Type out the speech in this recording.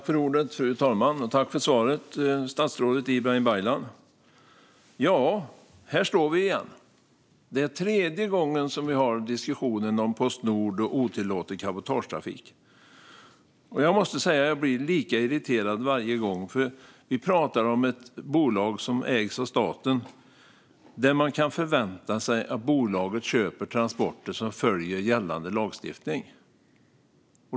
Fru talman! Tack för svaret, statsrådet Ibrahim Baylan! Här står vi igen. Det är tredje gången vi har diskussionen om Postnord och otillåten cabotagetrafik. Jag blir lika irriterad varje gång. Vi talar om ett bolag som ägs av staten så man kan förvänta sig att bolaget köper transporter som följer gällande lagstiftning.